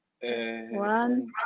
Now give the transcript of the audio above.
One